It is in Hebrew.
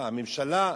מה הממשלה,